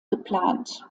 geplant